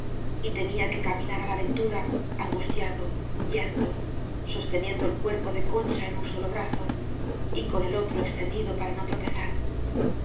y tenía que caminar á la ventura angustiado yerto sosteniendo el cuerpo de concha en un solo brazo y con el otro extendido para no